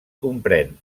comprèn